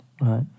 right